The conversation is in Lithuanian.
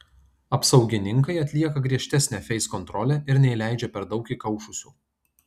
apsaugininkai atlieka griežtesnę feiskontrolę ir neįleidžia per daug įkaušusių